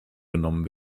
genommen